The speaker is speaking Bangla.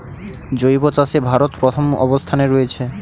জৈব চাষে ভারত প্রথম অবস্থানে রয়েছে